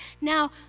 Now